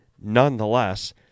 nonetheless